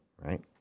right